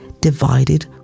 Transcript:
divided